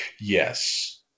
yes